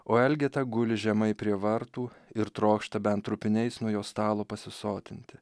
o elgeta guli žemai prie vartų ir trokšta bent trupiniais nuo jo stalo pasisotinti